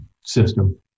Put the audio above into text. system